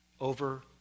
over